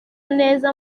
neza